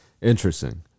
Interesting